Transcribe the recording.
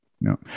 No